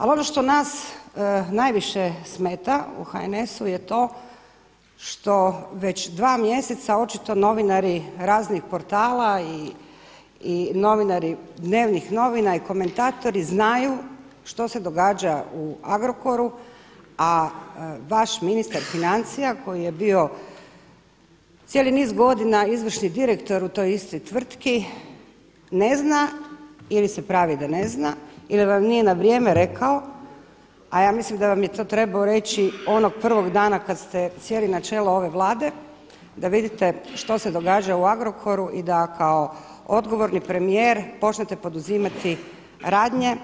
Ali ono što nas najviše smeta u HNS-u je to što već dva mjeseca očito novinari raznih portala i novinari dnevnih novina i komentatori znaju što se događa u Agrokoru, a vaš ministar financija koji je bio cijeli niz godina izvršni direktor u toj istoj tvrtki ne zna ili se pravi da ne zna ili nije na vrijeme rekao, a ja mislim da vam je to trebao reći onog prvog dana kad ste sjeli na čelo ove Vlade, da vidite što se događa u Agrokoru i da kao odgovorni premijer počnete poduzimati radnje